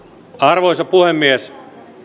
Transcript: arvoisa puhemies